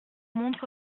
montre